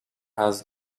has